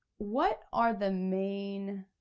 what are the main?